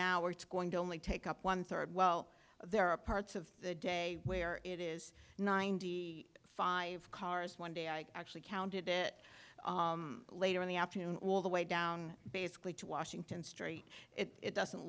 now we're going to only take up one third well there are parts of the day where it is ninety five cars one day i actually counted it later in the afternoon all the way down basically to washington street it doesn't